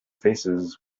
faces